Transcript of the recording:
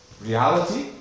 Reality